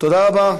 תודה רבה.